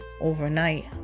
overnight